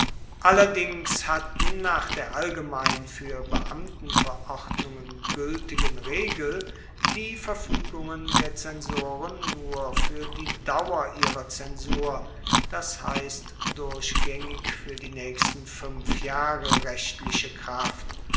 allerdings hatten nach der allgemein fuer beamtenverordnungen gueltigen regel die verfuegungen der zensoren nur fuer die dauer ihrer zensur das heisst durchgaengig fuer die naechsten fuenf jahre rechtliche kraft